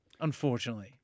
unfortunately